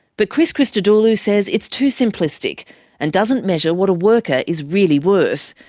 but chris christodoulou says it's too simplistic and doesn't measure what a worker is really worth.